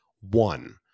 One